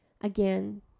again